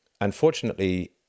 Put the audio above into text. Unfortunately